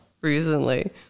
recently